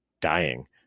dying